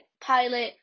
pilot